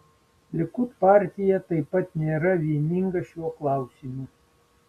likud partija taip pat nėra vieninga šiuo klausimu